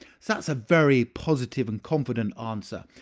that's a very positive and confident answer,